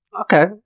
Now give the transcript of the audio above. Okay